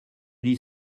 lit